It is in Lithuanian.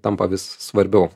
tampa vis svarbiau